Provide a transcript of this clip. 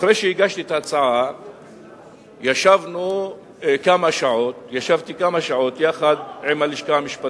אחרי שהגשתי את ההצעה ישבתי כמה שעות עם הלשכה המשפטית,